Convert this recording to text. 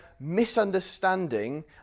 misunderstanding